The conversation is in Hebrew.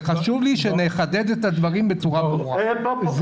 חשוב לי שנחדד את הדברים בצורה ------ רוני,